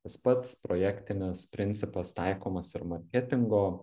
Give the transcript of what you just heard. tas pats projektinis principas taikomas ir marketingo